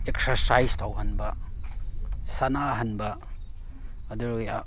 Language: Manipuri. ꯑꯦꯛꯁꯔꯁꯥꯏꯁ ꯇꯧꯍꯟꯕ ꯁꯥꯟꯅꯍꯟꯕ ꯑꯗꯨꯒ